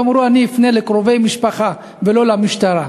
הן אמרו: אני אפנה לקרובי משפחה, ולא למשטרה.